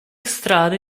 strade